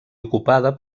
ocupada